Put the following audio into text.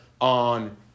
on